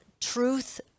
truth